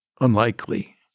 unlikely